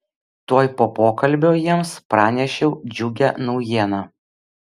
tuoj po pokalbio jiems pranešiau džiugią naujieną